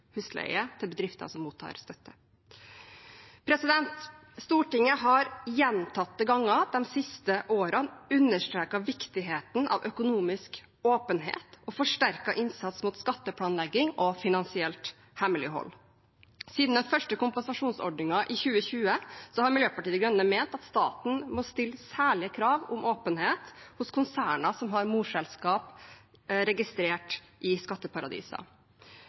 til bedrifter som mottar støtte. Stortinget har gjentatte ganger de siste årene understreket viktigheten av økonomisk åpenhet og forsterket innsats mot skatteplanlegging og finansielt hemmelighold. Siden den første kompensasjonsordningen i 2020 har Miljøpartiet De Grønne ment at staten må stille særlige krav om åpenhet hos konserner som har morselskap registrert i skatteparadiser.